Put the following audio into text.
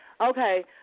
Okay